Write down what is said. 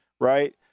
right